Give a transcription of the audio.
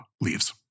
leaves